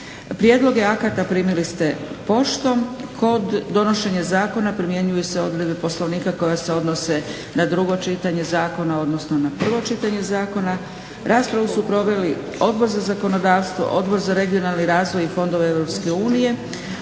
Prijedloge akata primili ste poštom. Kod donošenja zakona primjenjuju se odredbe Poslovnika koje se odnose na drugo čitanje zakona, odnosno na prvo čitanje zakona. Raspravu su proveli Odbor za zakonodavstvo, Odbor za regionalni razvoj i fondove EU,